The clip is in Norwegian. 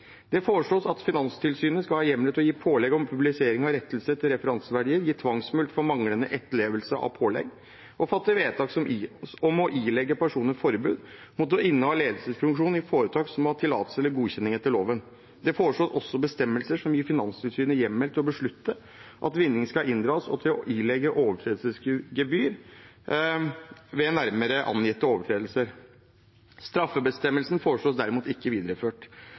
Det foreslås at Finanstilsynet skal ha hjemler til å gi pålegg om publisering og rettelse til referanseverdier, gi tvangsmulkt for manglende etterlevelse av pålegg og fatte vedtak om å ilegge personer forbud mot å inneha ledelsesfunksjon i foretak som må ha tillatelse eller godkjenning etter loven. Det foreslås også bestemmelser som gir Finanstilsynet hjemmel til å beslutte at vinning skal inndras, og til å ilegge overtredelsesgebyr ved nærmere angitte overtredelser. Straffebestemmelsen foreslås derimot ikke videreført.